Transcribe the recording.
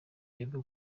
bebe